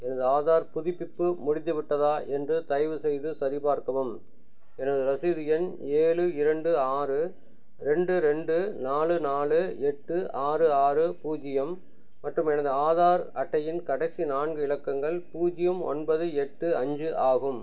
எனது ஆதார் புதுப்பிப்பு முடிந்துவிட்டதா என்று தயவுசெய்து சரிபார்க்கவும் எனது ரசீது எண் ஏழு இரண்டு ஆறு ரெண்டு ரெண்டு நாலு நாலு எட்டு ஆறு ஆறு பூஜ்ஜியம் மற்றும் எனது ஆதார் அட்டையின் கடைசி நான்கு இலக்கங்கள் பூஜ்ஜியம் ஒன்பது எட்டு அஞ்சு ஆகும்